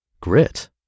grit